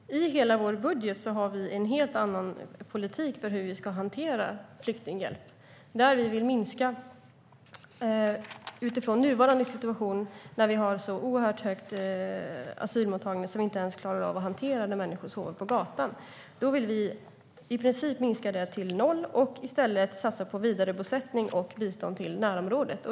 Herr talman! I hela vår budget har vi en helt annan politik för hur vi ska hantera flyktinghjälp. Vi vill minska utifrån nuvarande situation, där vi har en oerhört hög asylmottagning som vi inte ens klarar av att hantera och där människor sover på gatan. Vi vill i princip minska det till noll och i stället satsa på vidarebosättning och bistånd till närområdet.